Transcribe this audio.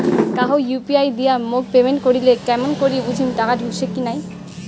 কাহো ইউ.পি.আই দিয়া মোক পেমেন্ট করিলে কেমন করি বুঝিম টাকা ঢুকিসে কি নাই?